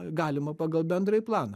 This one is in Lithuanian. galima pagal bendrąjį planą